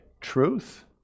truth